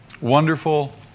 wonderful